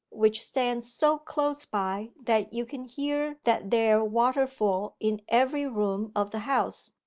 which stands so close by that you can hear that there waterfall in every room of the house,